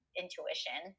intuition